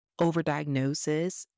overdiagnosis